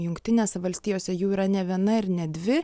jungtinėse valstijose jų yra ne viena ir ne dvi